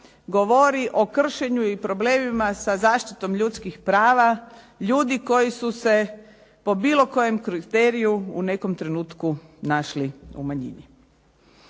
govori o kršenju i problemima sa zaštitom ljudskih prava, ljudi koji su se po bilo kojem kriteriju u nekom trenutku našli u manjini.